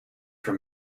for